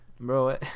Bro